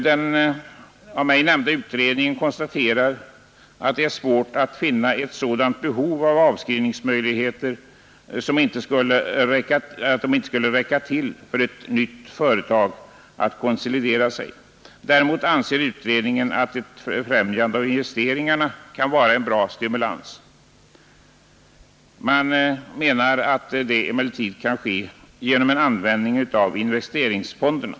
Den av mig nämnda utredningen konstaterar att det är svårt att finna ett sådant behov av avskrivningsmöjligheter att de nuvarande icke skulle räcka till för ett nytt företag att konsolidera sig. Däremot anser utredningen att ett främjande av investeringarna kan vara en bra stimulans. Man menar emellertid att det kan ske genom en användning av investeringsfonderna.